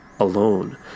Alone